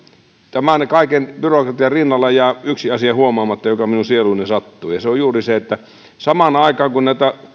tämän kaiken byrokratian rinnalla jää yksi asia huomaamatta joka minun sieluuni sattuu ja se on juuri se että samaan aikaan kun näitä